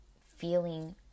feeling